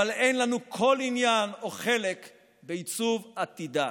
אבל אין לנו כל עניין או חלק בעיצוב עתידה.